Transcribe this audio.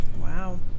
Wow